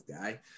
guy